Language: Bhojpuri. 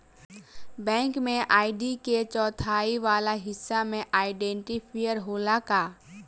बैंक में आई.डी के चौथाई वाला हिस्सा में आइडेंटिफैएर होला का?